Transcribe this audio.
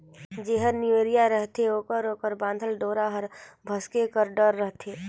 जेहर नेवरिया रहथे ओकर ओकर बाधल डोरा हर भोसके कर डर रहथे